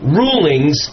rulings